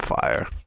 fire